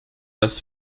das